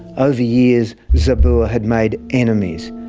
over years zabur had made enemies,